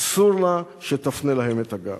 אסור לה שתפנה להם את הגב.